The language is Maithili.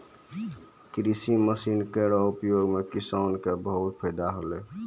कृषि मसीन केरो प्रयोग सें किसान क बहुत फैदा होलै